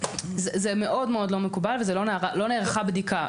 זה מאוד לא מקובל ולא נערכה בדיקה.